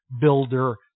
builder